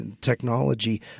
technology